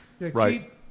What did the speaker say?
Right